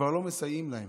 כבר לא מסייעים להם.